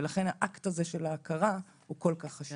ולכן האקט הזה של ההכרה הוא כל כך חשוב.